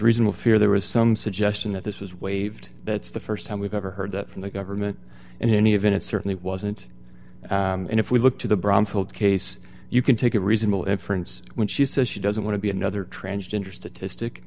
reasonable fear there was some suggestion that this was waived that's the st time we've ever heard that from the government and in any event it certainly wasn't and if we look to the bromfield case you can take a reasonable inference when she says she doesn't want to be another transgender statistic